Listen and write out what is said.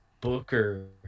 Booker